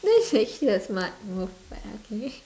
that's actually a smart move but okay